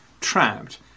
trapped